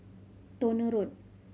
Towner Road